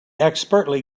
expertly